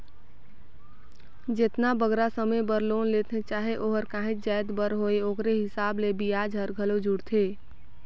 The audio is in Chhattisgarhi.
जेतना बगरा समे बर लोन लेथें चाहे ओहर काहींच जाएत बर होए ओकरे हिसाब ले बियाज हर घलो जुड़थे